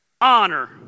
honor